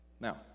Now